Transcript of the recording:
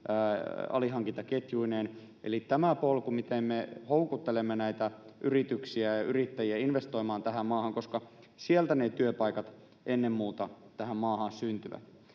alihankintaketjuineen — eli tämä polku, miten me houkuttelemme yrityksiä ja yrittäjiä investoimaan tähän maahan, koska sieltä ne työpaikat tähän maahan ennen muuta syntyvät.